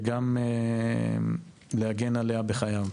וגם להגן עליה בחייו.